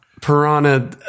piranha